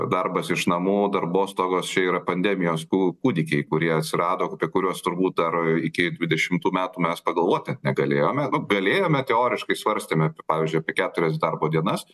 darbas iš namų darbostogos čia yra pandemijos ku kūdikiai kurie atsirado apie kuriuos turbūt dar iki dvidešimtų metų mes pagalvot net negalėjome nu galėjome teoriškai svarstėme pavyzdžiui apie keturias darbo dienas